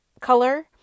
color